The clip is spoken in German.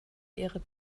ihre